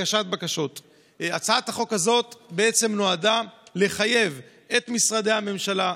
הצעת החוק הזאת נועדה לחייב את משרדי הממשלה,